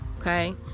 Okay